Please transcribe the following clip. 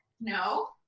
No